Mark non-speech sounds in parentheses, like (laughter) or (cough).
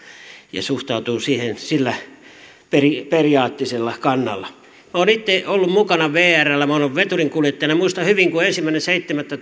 ja suhtautuu siihen siltä periaatteelliselta kannalta minä olen itse ollut mukana vrllä minä olen ollut veturinkuljettajana ja muistan hyvin kun ensimmäinen seitsemättä (unintelligible)